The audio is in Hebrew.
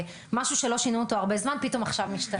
ומשהו שלא שינו אותו הרבה זמן, פתאום עכשיו משתנה.